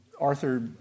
Arthur